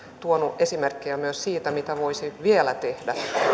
tuonut esimerkkejä siitä mitä voisi vielä tehdä